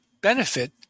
benefit